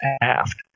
aft